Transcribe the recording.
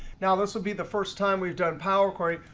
now this would be the first time we've done power query.